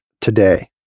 today